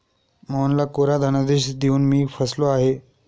मोहनला कोरा धनादेश देऊन मी फसलो आहे